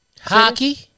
Hockey